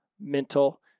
mental